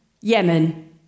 Yemen